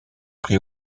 prit